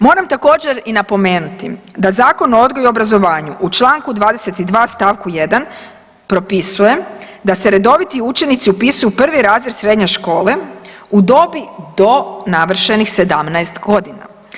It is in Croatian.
Moram također i napomenuti da Zakon o odgoju i obrazovanju u čl. 22. st. 1. propisuje da se redoviti učenici upisuju u prvi razred srednje škole u dobi do navršenih 17.g.